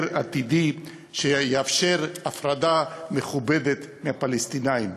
עתידי שיאפשר הפרדה מכובדת מהפלסטינים.